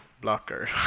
blocker